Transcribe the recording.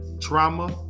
trauma